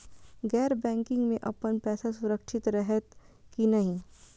गैर बैकिंग में अपन पैसा सुरक्षित रहैत कि नहिं?